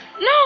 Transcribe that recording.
no